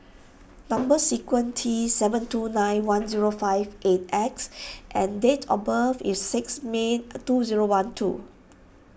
number T seven two nine one zero five eight X and date of birth is six May two zero one two